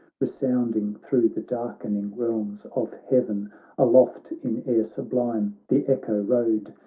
resounding thro' the dark'ning realms of heaven aloft in air sublime the echo rode.